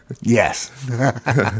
Yes